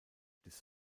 des